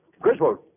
Griswold